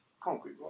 concrete